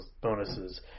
bonuses